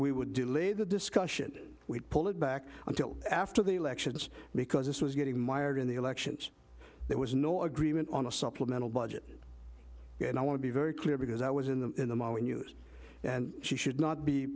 we would delay the discussion we'd pull it back until after the elections because this was getting mired in the elections there was no agreement on a supplemental budget and i want to be very clear because i was in the in the ma in use and she should not be